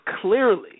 clearly